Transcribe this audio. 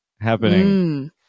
happening